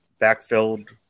backfilled